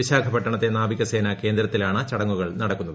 വിശാഖപട്ടണത്തെ നാവികസേനാ കേന്ദ്രത്തിലാണ് ചടങ്ങുകൾ നടന്നത്